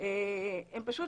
אני פשוט